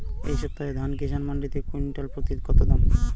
এই সপ্তাহে ধান কিষান মন্ডিতে কুইন্টাল প্রতি দাম কত?